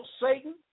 Satan